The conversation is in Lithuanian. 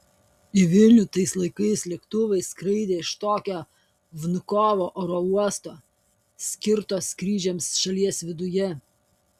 į vilnių tais laikais lėktuvai skraidė iš tokio vnukovo oro uosto skirto skrydžiams šalies viduje